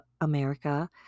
America